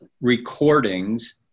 recordings